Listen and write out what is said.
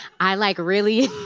i like really